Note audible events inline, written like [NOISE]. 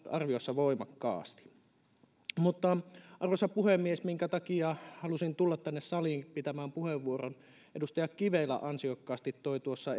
voimakkaasti arvoisa puhemies se minkä takia halusin tulla tänne saliin pitämään puheenvuoron edustaja kivelä ansiokkaasti toi tuossa [UNINTELLIGIBLE]